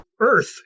Earth